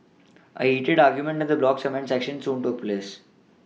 a heated argument in the blog's comment section soon took place